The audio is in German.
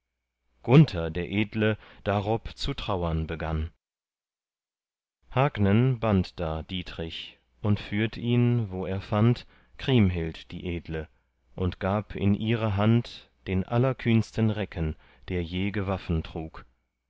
gunther der edle darob zu trauern begann hagnen band da dietrich und führt ihn wo er fand kriemhild die edle und gab in ihre hand den allerkühnsten recken der je gewaffen trug